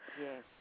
Yes